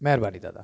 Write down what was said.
महिरबानी दादा